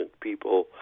people